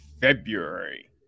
february